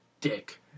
dick